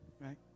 right